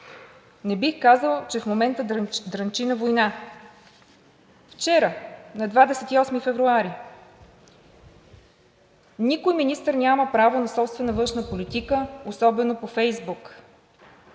„Не бих казал, че в момента дрънчи на война.“ Вчера, на 28 февруари: „Никой министър няма право на собствена външна политика, особено по Фейсбук.